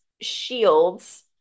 shields